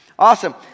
Awesome